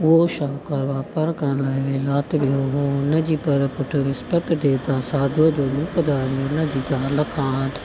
उहो शाहूकारु वापारु करण लाइ विलाइत वियो हुओ हुनजी पर पुठि विस्पति देवता साधूअ जो रूप धारी हुनजी त ज़ाल खां